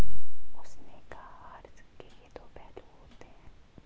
उसने कहा हर सिक्के के दो पहलू होते हैं